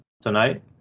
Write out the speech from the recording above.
tonight